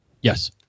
Yes